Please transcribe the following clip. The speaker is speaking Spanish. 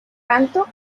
tanto